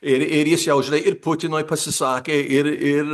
ir ir jis jau žinai ir putinui pasisakė ir ir